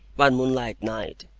one moonlight night,